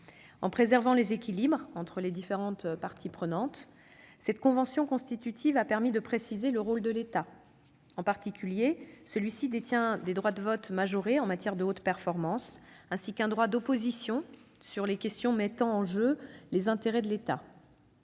En préservant les équilibres entre les différentes parties prenantes, cette convention constitutive a permis de préciser le rôle de l'État. En particulier, celui-ci détient des droits de vote majorés en matière de haute performance, ainsi qu'un droit d'opposition sur les questions mettant en jeu les intérêts de l'État.